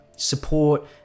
Support